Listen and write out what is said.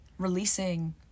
Releasing